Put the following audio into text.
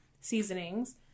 seasonings